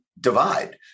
divide